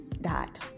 dot